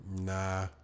Nah